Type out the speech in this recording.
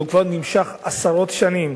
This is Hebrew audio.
שנמשך כבר עשרות שנים,